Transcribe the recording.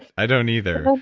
i don't either.